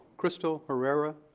crystal hererra.